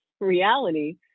reality